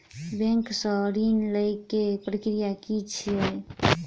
Bank सऽ ऋण लेय केँ प्रक्रिया की छीयै?